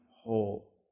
whole